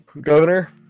governor